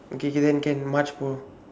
okay okay then can much more